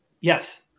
Yes